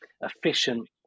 efficient